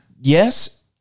yes